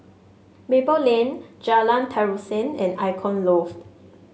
Maple Lane Jalan Terusan and Icon Loft